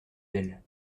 belle